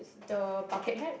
the bucket head